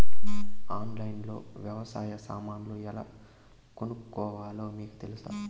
ఆన్లైన్లో లో వ్యవసాయ సామాన్లు ఎలా కొనుక్కోవాలో మీకు తెలుసా?